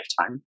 lifetime